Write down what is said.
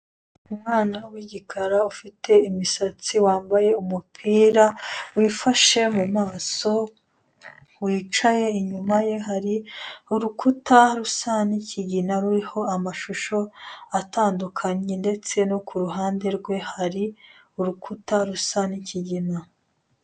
Umwana w'igikara ufite imisatsi wambaye umupira, wifashe mu maso, wicaye, inyuma ye hari urukuta rusa n'ikigina ruriho amashusho atandukanye. Ndetse no ku ruhande rwe hari urukuta rusa n'ikigina.